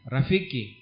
Rafiki